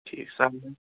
ٹھیٖک